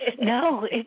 No